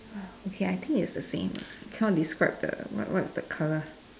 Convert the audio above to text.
okay I think it's the same lah I cannot describe the what what is the color